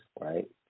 right